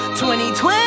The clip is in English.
2020